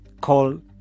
call